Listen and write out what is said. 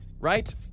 right